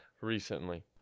recently